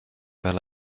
fel